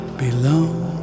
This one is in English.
belong